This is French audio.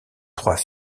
trois